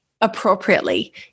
appropriately